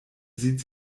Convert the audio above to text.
sieht